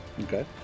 Okay